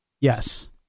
Yes